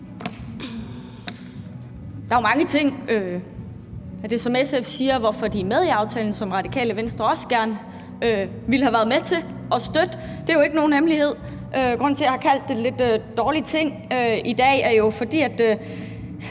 Der er jo mange af de ting, som SF siger om, hvorfor de er med i aftalen, som Radikale Venstre også gerne ville have været med til at støtte. Det er ikke nogen hemmelighed. Grunden til, at jeg har kaldt den nogle lidt dårlige ting i dag, er jo, at